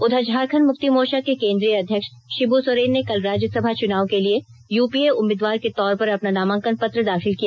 उधर झारखंड मुक्ति मोर्चा के केंद्रीय अध्यक्ष षिब् सोरेन ने कल राज्यसभा चुनाव के लिए यूपीए उम्मीदवार के तौर पर अपना नामांकन पत्र दाखिल किया